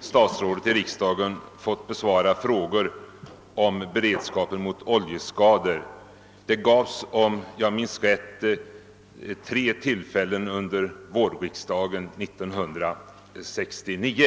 statsrådet i riksdagen fått besvara frågor om beredskapen mot oljeskador. Det gavs, om jag minns rätt, tre sådana tillfällen under vårriksdagen 1969.